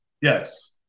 Yes